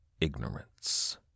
ignorance